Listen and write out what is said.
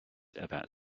about